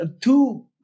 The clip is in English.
two